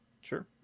Sure